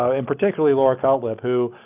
ah and particularly laura cutlip who